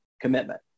commitment